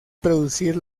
producir